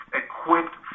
equipped